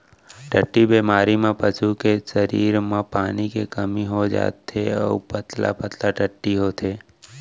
टट्टी बेमारी म पसू के सरीर म पानी के कमी हो जाथे अउ पतला पतला टट्टी होथे